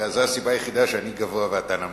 זו הסיבה היחידה שאני גבוה ואתה נמוך.